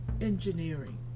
engineering